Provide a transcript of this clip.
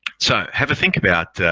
so have a think about